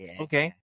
Okay